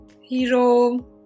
Hero